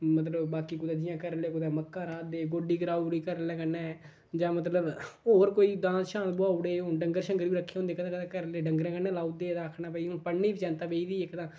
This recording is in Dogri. मतलब बाकी कुतै जि'यां घरै आह्ले कुतै मक्कां राह् दे गोड्डी कराई ओड़ी घरै आह्लें कन्नै जां मतलब होर कोई डाह्न शाह्न बुहाई ओड़े हून डंगर शंगर बी रक्खे दे होंदे कदें कदें घरै आह्लें डंगरे कन्नै लाई ओड़दे यरा आखना भाई हून पढ़ने दी बी चैंता पेई गेदी इक तां